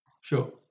Sure